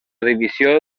divisió